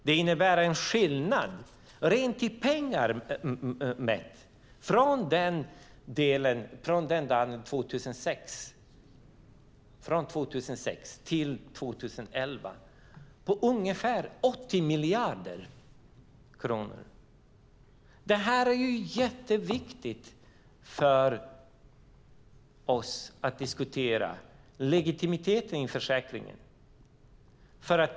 Det innebär en skillnad i pengar mätt från 2006 till 2011 på ungefär 80 miljarder kronor. Det är jätteviktigt för oss att diskutera legitimiteten i försäkringen.